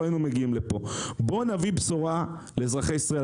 לא היינו מגיעים לפה בואו נביא בשורה לאזרחי ישראל.